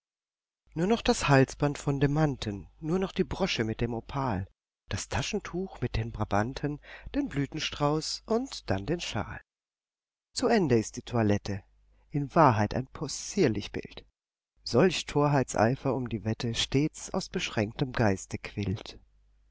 nur noch das halsband von demanten nur noch die brosche mit dem opal das taschentuch mit den brabanten den blütenstrauß und dann den shawl zu ende ist die toilette in wahrheit ein possierlich bild solch torheitseifer um die wette stets aus beschränktem geiste quillt